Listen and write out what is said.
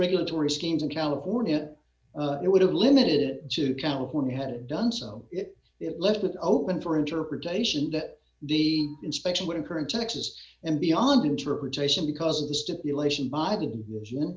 regulatory schemes in california it would have limited to california had it done so it left it open for interpretation that the inspection would occur in texas and beyond interpretation because of the stipulation by the